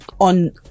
on